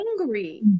angry